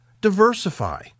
diversify